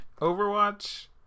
overwatch